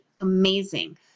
amazing